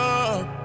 up